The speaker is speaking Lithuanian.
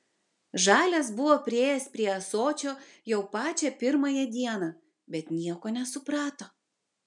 žalias buvo priėjęs prie ąsočio jau pačią pirmąją dieną bet nieko nesuprato